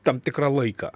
tam tikrą laiką